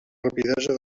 rapidesa